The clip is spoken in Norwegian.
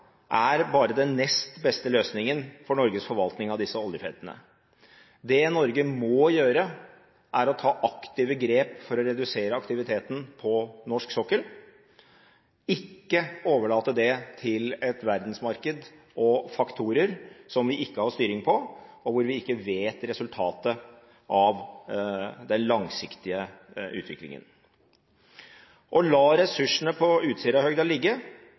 er bare den nest beste løsningen for Norges forvaltning av disse oljefeltene. Det Norge må gjøre, er å ta aktive grep for å redusere aktiviteten på norsk sokkel – ikke overlate det til et verdensmarked og faktorer som vi ikke har styring på, og hvor vi ikke vet resultatet av den langsiktige utviklingen. Å la ressursene på Utsirahøyden ligge